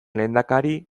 lehendakari